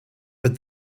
but